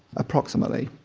approximately.